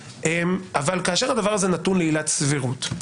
אבל כאשר הדבר הזה נתון לעילת סבירות,